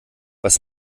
was